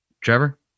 Trevor